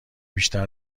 بیشتر